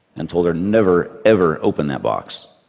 and told her, never, ever open that box.